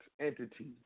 entity